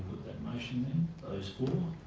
motion then. those for?